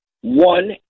one